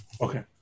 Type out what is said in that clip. Okay